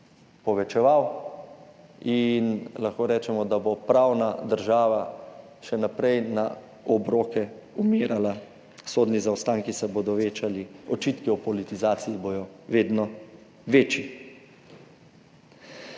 povečevala in lahko rečemo, da bo pravna država še naprej na obroke umirala, sodni zaostanki se bodo večali, očitki o politizaciji bodo vedno večji.